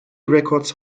records